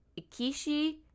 Ikishi